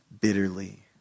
bitterly